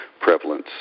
prevalence